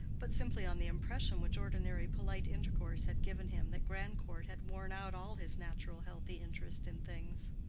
but simply on the impression which ordinary polite intercourse had given him that grandcourt had worn out all his natural healthy interest in things.